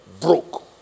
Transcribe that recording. broke